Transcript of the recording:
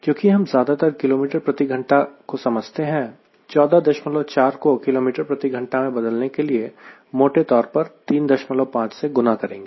क्योंकि हम ज्यादातर किलोमीटर प्रति घंटे को समझते हैं 144 को किलोमीटर प्रति घंटे में बदलने के लिए मोटे तौर पर 35 से गुना करेंगे